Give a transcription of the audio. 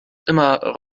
immer